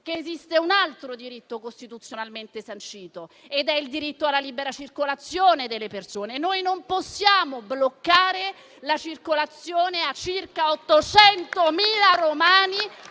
che esiste un altro diritto costituzionalmente sancito, quello alla libera circolazione delle persone e noi non possiamo bloccare la circolazione a circa 800.000 romani.